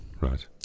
right